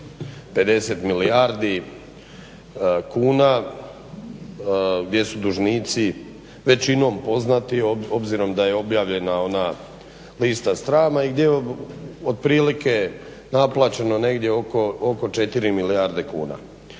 50 milijardi kuna, gdje su dužnici većinom poznati obzirom da je objavljena ona lista srama i gdje otprilike naplaćeno negdje oko 4 milijarde kuna.